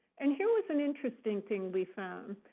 and here was an interesting thing we found.